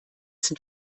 sind